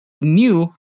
new